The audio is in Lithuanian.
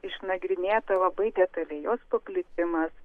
išnagrinėta labai detaliai jos paplitimas